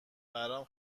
برام